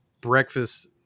breakfast